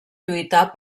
lluitar